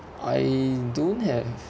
I don't have